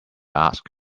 ask